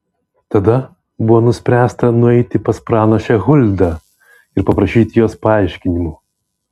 tada buvo nuspręsta nueiti pas pranašę huldą ir paprašyti jos paaiškinimų